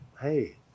hey